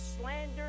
slander